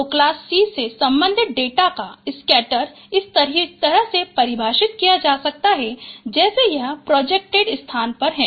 तो class C से संबंधित डेटा का स्कैटर इस तरह से परिभाषित किया गया है जैसा यह प्रोजेक्टेड स्थान पर है